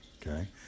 okay